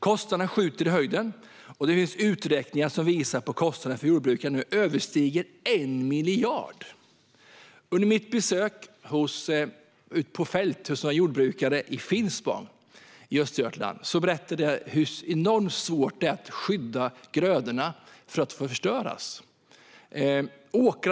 Kostnaderna skjuter i höjden, och det finns uträkningar som visar att kostnaderna för jordbrukarna nu överstiger 1 miljard. Under mitt besök ute i fält hos några jordbrukare i Finspång i Östergötland berättade de hur enormt svårt det är att skydda grödor från att förstöras.